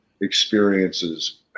experiences